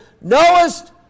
Knowest